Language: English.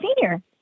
Senior